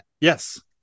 Yes